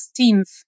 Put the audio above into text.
16th